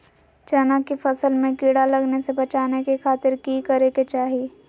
चना की फसल में कीड़ा लगने से बचाने के खातिर की करे के चाही?